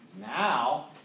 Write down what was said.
Now